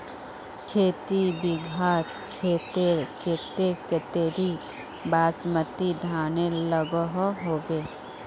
खेती बिगहा खेतेर केते कतेरी बासमती धानेर लागोहो होबे?